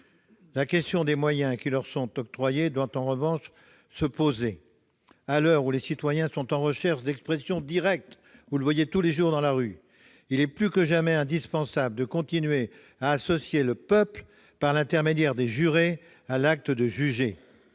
La question des moyens qui leur sont octroyés se pose en revanche, à l'heure où les citoyens sont en recherche d'expression directe- nous le constatons tous les jours dans la rue ! Il est plus que jamais indispensable de continuer à associer le peuple, par l'intermédiaire des jurés, à l'acte de juger.